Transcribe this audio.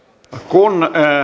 kun